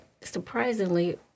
surprisingly